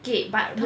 okay but